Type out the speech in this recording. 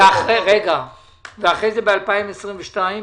ואחרי זה ב-2022?